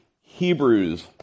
Hebrews